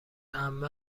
عمه